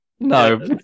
No